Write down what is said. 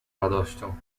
radością